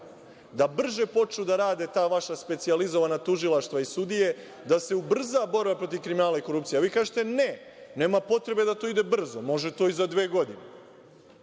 da brže počnu da rade ta vaša specijalizovana tužilaštva i sudije, da se ubrza borba protiv kriminala i korupcije. A vi kažete – ne, nema potrebe da to ide brzo, može to i za dve godine.